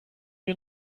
wir